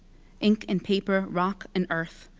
ink and paper, rock and earth,